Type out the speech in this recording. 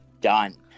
done